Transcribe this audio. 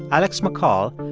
alex mccall,